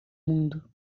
mundo